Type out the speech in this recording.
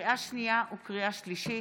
לקריאה שנייה וקריאה שלישית,